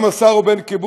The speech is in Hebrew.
גם השר הוא בן קיבוץ,